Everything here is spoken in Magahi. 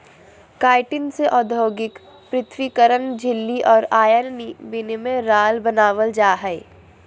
काइटिन से औद्योगिक पृथक्करण झिल्ली और आयन विनिमय राल बनाबल जा हइ